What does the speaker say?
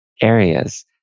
areas